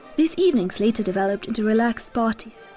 these evenings later developed into relaxed parties,